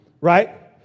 Right